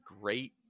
great